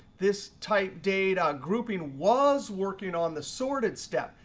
this type data grouping was working on the sorted step,